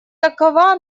такова